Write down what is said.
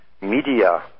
media